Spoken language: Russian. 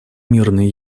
мирной